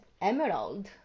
emerald